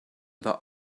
that